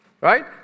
right